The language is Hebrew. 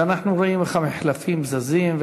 ואנחנו רואים איך המחלפים זזים,